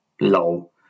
Lol